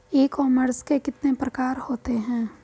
ई commerce के कितने प्रकार होते हैं?